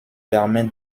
permet